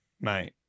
Mate